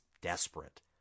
desperate